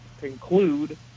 conclude